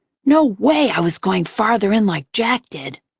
no way i was going farther in like jack did.